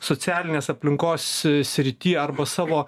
socialinės aplinkos srity arba savo